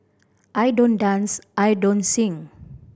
I don't dance I don't sing